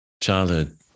childhood